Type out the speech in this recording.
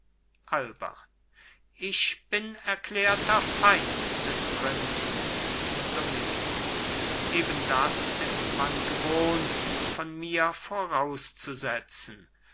alba ich bin erklärter feind des prinzen domingo eben das ist man gewohnt von mir vorauszusetzen